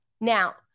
Now